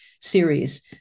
series